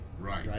right